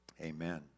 Amen